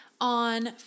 on